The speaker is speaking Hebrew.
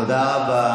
תודה רבה.